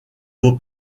beau